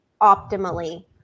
optimally